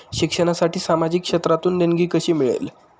शिक्षणासाठी सामाजिक क्षेत्रातून देणगी कशी मिळेल?